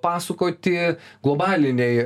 pasakoti globalinei